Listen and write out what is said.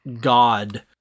God